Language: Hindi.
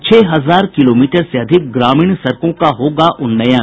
छह हजार किलोमीटर से अधिक ग्रामीण सड़कों का होगा उन्नयन